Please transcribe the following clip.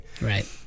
Right